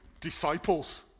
disciples